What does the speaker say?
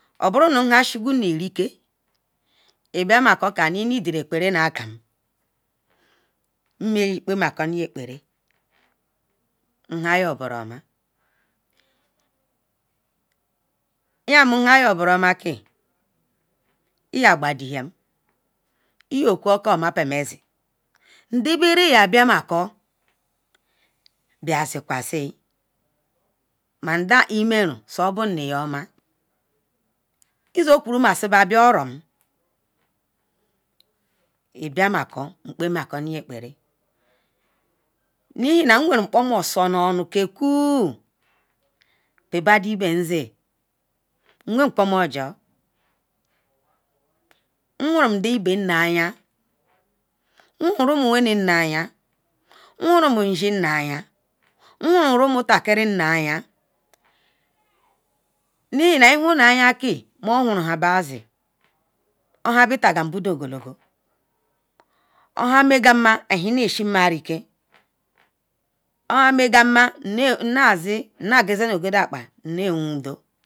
oburu nham shiganinri ke ibiamako nu imedi egu ekparal nhan yo buru oma iyan nhuoma ke yoboroma iya gbadiyan iyoku okaoma kpa ma si nde beral ya bemako bia si kwai nden imeren so bonu yo oma iyo o kwuru bia mako nekpal nu ba ekparal ihinu ovo isunu nu ohu kpal ba don ibensi nwen inkpomonju nu kpal badou ibensi nhurum badu iben nayen nhan ishim nayan nhuru rumon n ayan nu ihinal ihunal ya ke zil oya betagal budon ogologo ohan megamman enhin neshiriken omega nnaga zen nu ogodan akpal nnewendo